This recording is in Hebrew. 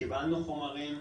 קיבלנו חומרים,